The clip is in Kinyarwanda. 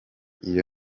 iyo